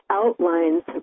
outlines